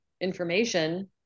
information